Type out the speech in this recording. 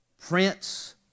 Prince